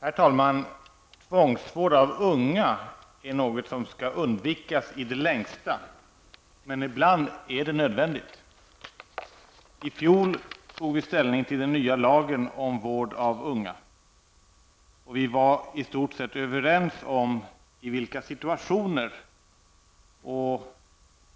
Herr talman! Tvångsvård av unga är något som i det längsta skall undvikas, men ibland är det nödvändigt. I fjol tog vi ställning till den nya lagen om vård av unga. Vi var i stort sett överens om i vilka situationer och